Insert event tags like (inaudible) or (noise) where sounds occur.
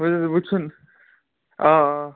(unintelligible) وُچھُن آ آ